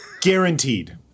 Guaranteed